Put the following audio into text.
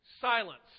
silence